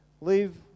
Leave